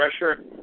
pressure